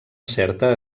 certa